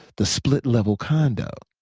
the split level condo.